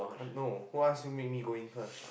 no who ask you make me go in first